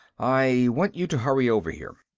i want you to hurry over here.